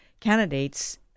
candidates